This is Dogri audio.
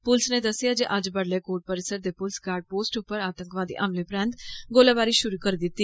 पुलस नै दस्सेआ जे अज्ज बड़ुलै कोर्ट परिसर दे पुलस गार्ड पोस्ट उप्पर आतंकवादी हमले परैन्त गोलाबारी शुरु करी दिती